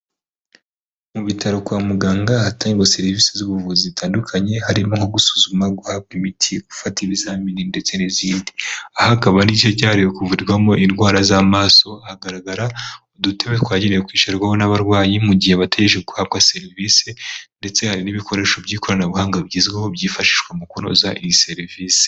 Mu bitaro kwa muganga hatangwa serivisi z'ubuvuzi zitandukanye harimo nko gusuzuma guhabwa imiti ufata ibizamini ndetse n'izindi ahakaba aricyo cyawe kuvurwamo indwara z'amaso hagaragara udutebe twagiwe kwishyurwaho n'abarwayi mu gihe bateje guhabwa serivisi ndetse hari n'ibikoresho by'ikoranabuhanga bigezweho byifashishwa mu kunoza iyi serivisi.